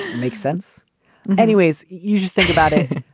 makes sense anyways. you just think about it.